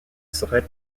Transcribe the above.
serait